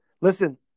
Listen